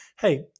hey